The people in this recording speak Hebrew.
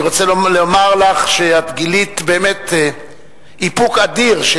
אני רוצה לומר לך שאת גילית באמת איפוק אדיר.